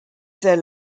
their